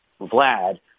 Vlad